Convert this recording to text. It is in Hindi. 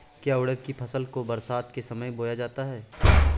क्या उड़द की फसल को बरसात के समय बोया जाता है?